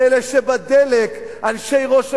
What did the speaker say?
ואלה שבדלק, אנשי ראש הממשלה,